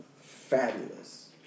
fabulous